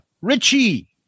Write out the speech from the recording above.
Richie